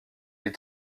est